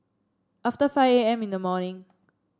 after five A M in the morning